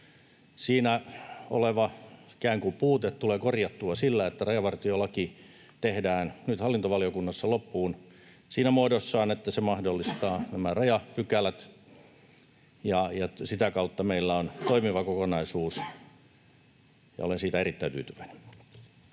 Siinä oleva ikään kuin puute tulee korjattua sillä, että rajavartiolaki tehdään nyt hallintovaliokunnassa loppuun siinä muodossaan, että se mahdollistaa nämä rajapykälät, ja sitä kautta meillä on toimiva kokonaisuus, ja olen siitä erittäin tyytyväinen.